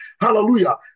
hallelujah